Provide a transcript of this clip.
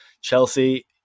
Chelsea